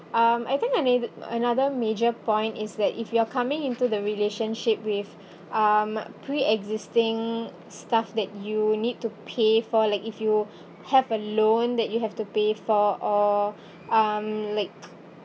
um I think I made another major point is that if you are coming into the relationship with um pre-existing stuff that you need to pay for like if you have a loan that you have to pay for or um like